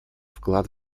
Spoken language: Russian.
вклад